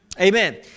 Amen